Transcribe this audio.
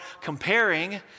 comparing